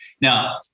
Now